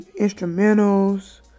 instrumentals